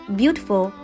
beautiful